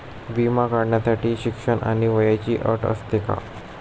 विमा काढण्यासाठी शिक्षण आणि वयाची अट असते का?